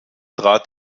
trat